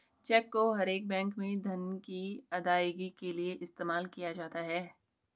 check को हर एक बैंक में धन की अदायगी के लिये इस्तेमाल किया जाता है